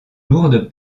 lourdes